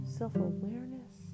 self-awareness